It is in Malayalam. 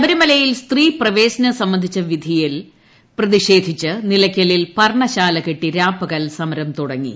ശബരിമലയിൽ സ്ത്രീ പ്രവേശനൃപ്സംബന്ധിച്ച വിധിയിൽപ്രതിഷേ ധിച്ച് നില്യ്ക്ക് ലിൽപർണ ശാല കെട്ടി രാപ്പകൽ സമര്യം തുടങ്ങി